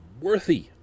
worthy